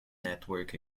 network